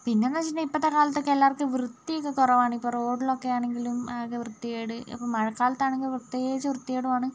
പിന്നെയെന്നു വച്ചിട്ടുണ്ടെങ്കിൽ ഇപ്പോഴത്തെ കാലത്തൊക്കെ എല്ലായിടത്തും വൃത്തിയൊക്കെ കുറവാണ് ഇപ്പോൾ റോഡിലൊക്കെയാണെങ്കിലും ആകെ വൃത്തികേട് ഇപ്പം മഴക്കാലത്താണെങ്കിൽ പ്രത്യേകിച്ച് വൃത്തികേടുമാണ്